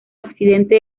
accidente